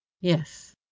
Yes